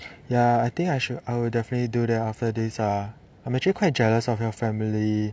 ya I think I should I will definitely do that after this ah I'm actually quite jealous of your family